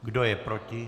Kdo je proti?